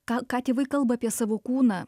ką ką tėvai kalba apie savo kūną